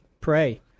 Pray